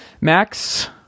max